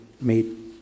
made